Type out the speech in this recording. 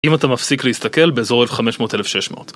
אם אתה מפסיק להסתכל באזור 1500-1600